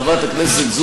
חבר הכנסת חאג' יחיא,